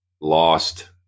lost